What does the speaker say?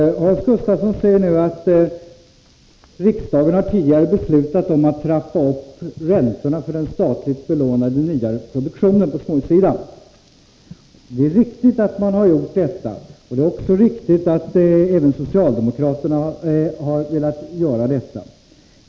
Herr talman! Hans Gustafsson säger att riksdagen tidigare beslutat om att trappa upp räntorna för den statligt belånade nyare produktionen på småhussidan. Det är riktigt. Det är också riktigt att även socialdemokraterna har velat göra detta.